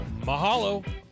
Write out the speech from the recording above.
Mahalo